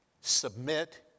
Submit